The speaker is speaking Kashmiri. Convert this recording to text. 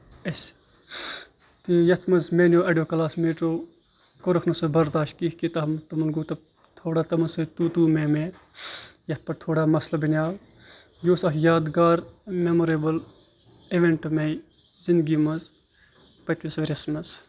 اَسہِ تہٕ یَتھ منٛز میانیو اَڈیو کَلاس میٹو کوٚرُکھ نہٕ سُہ برداشت کیٚنٛہہ کہِ تمن گوٚو تھوڑا تِمن سۭتۍ تُو تُو میں میں یَتھ پٮ۪ٹھ تھوڑا مَسلہٕ بَنیو یہِ اوس اکھ یاد گار میموریبٔل اِوینٛٹ میانہِ زنٛدگی منٛز پٔتمِس ؤریس منٛز